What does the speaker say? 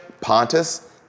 Pontus